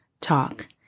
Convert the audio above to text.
talk